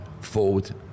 forward